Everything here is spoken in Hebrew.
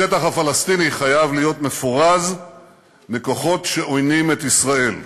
השטח הפלסטיני חייב להיות מפורז מכוחות שעוינים את ישראל.